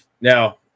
Now